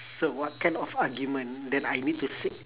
so what kind of argument then I need to see